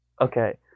Okay